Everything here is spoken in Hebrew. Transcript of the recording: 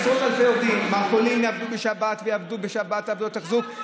המרכולים עובדים היום בתחנות דלק, מה אתה מדבר?